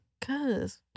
Cause